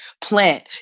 plant